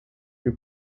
you